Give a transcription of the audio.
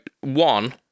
one